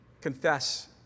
confess